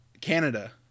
Canada